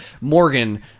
Morgan